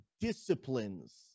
disciplines